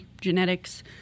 genetics